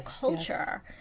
culture